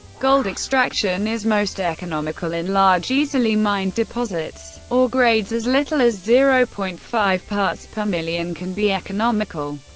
gold extraction is most economical in large, easily mined deposits. ore grades as little as zero point five parts per million can be economical.